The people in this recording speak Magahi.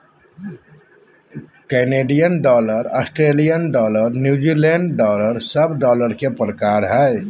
Canadian dollar, Australian dollar, New Zealand dollar सब डॉलर के प्रकार हय